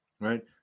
right